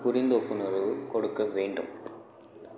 புரிந்து உணர்வு கொடுக்க வேண்டும்